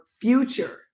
future